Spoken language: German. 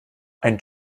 ein